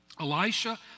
Elisha